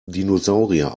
dinosaurier